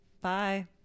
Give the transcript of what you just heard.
bye